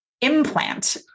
Implant